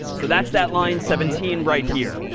so that's that line seventeen right here.